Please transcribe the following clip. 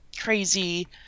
crazy